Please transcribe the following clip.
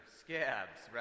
scabs